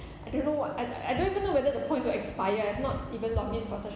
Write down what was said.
I don't know what I I don't even know whether the points will expire I've not even log in for such